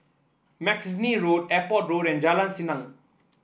Mackenzie Road Airport Road and Jalan Senang